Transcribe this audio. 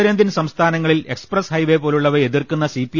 ഉത്തരേന്ത്യൻ സംസ്ഥാനങ്ങളിൽ express highway പോലുള്ളവയെ എതിർക്കുന്ന സി